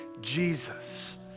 Jesus